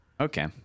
okay